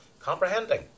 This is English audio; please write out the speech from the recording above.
comprehending